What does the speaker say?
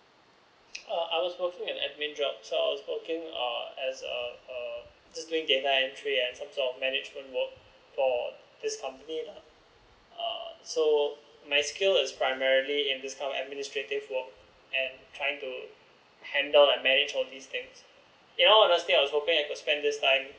uh I was working an admin job so I was working as uh just doing data entry and some sort of management work for this company lah uh so my skill is primarily in this uh administrative work and trying to handle and manage all this things honestly I was hoping I could spend time